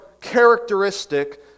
characteristic